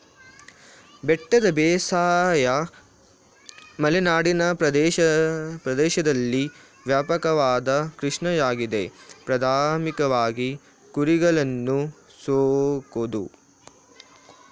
ಬೆಟ್ಟದ ಬೇಸಾಯ ಮಲೆನಾಡಿನ ಪ್ರದೇಶ್ದಲ್ಲಿ ವ್ಯಾಪಕವಾದ ಕೃಷಿಯಾಗಿದೆ ಪ್ರಾಥಮಿಕವಾಗಿ ಕುರಿಗಳನ್ನು ಸಾಕೋದು